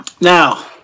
now